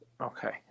Okay